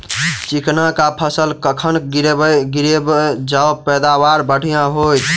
चिकना कऽ फसल कखन गिरैब जँ पैदावार बढ़िया होइत?